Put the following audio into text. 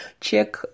check